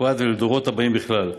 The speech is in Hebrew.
בפרט ולדורות הבאים בכלל,